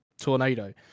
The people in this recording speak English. tornado